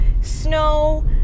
Snow